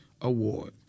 Award